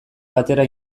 batera